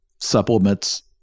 supplements